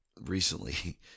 recently